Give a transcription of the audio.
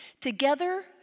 Together